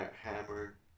hammer